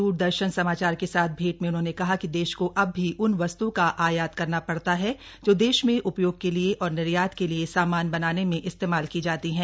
द्रदर्शन समाचार के साथ भैंट में उन्होंने कहा कि देश को अब भी उन वस्त्ओं का आयात करना पड़ता है जो देश में उपयोग के लिए और निर्यात के लिए सामान बनाने में इस्तेमाल की जाती हैं